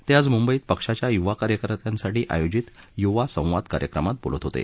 ते आज मुंबईत पक्षाच्या युवा कार्यकर्त्यांसाठी आयोजित युवा संवाद कार्यक्रमात बोलत होते